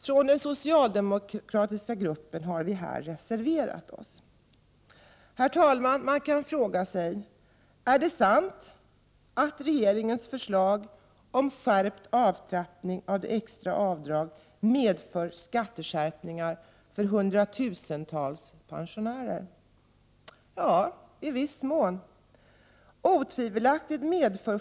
Från den socialdemokratiska gruppen har vi här reserverat oss. Herr talman! Man kan ställa frågan: Är det sant att regeringens förslag om en skärpning av avtrappningen av de extra avdragen medför skatteskärpningar för hundratusentals pensionärer? Ja, i viss mån är det sant.